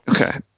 Okay